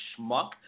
schmuck